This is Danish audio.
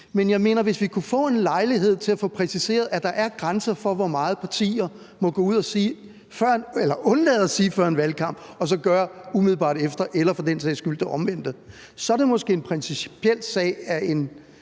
Men hvis vi kunne få en lejlighed til at få præciseret, at der er grænser for, hvor meget partierne må undlade at sige før en valgkamp og så sige det umiddelbart efter – eller for den sags skyld det omvendte – så er det måske en sag af en